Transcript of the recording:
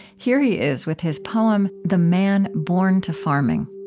here he is with his poem, the man born to farming.